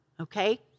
okay